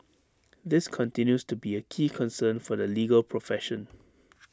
this continues to be A key concern for the legal profession